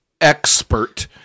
expert